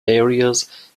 areas